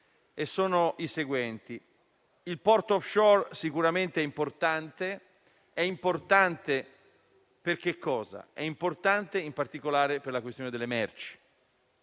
il porto *offshore* sicuramente è importante, in particolare per la questione delle merci.